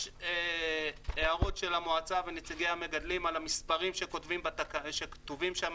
יש הערות של המועצה ונציגי המגדלים על המספרים שכתובים שם,